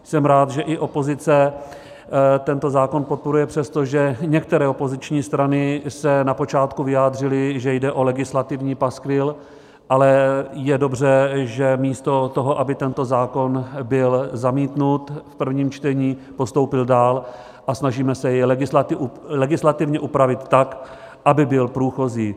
Jsem rád, že i opozice tento zákon podporuje, přestože některé opoziční strany se na počátku vyjádřily, že jde o legislativní paskvil, ale je dobře, že místo toho, aby tento zákon byl zamítnut v prvním čtení, postoupil dál a snažíme se jej legislativně upravit tak, aby byl průchozí.